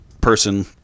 person